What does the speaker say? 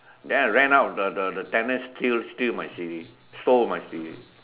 then I ran out of the the tenant steal steal my C_Ds stole my C_Ds